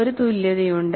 ഒരു തുല്യതയുണ്ട്